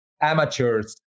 amateurs